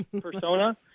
persona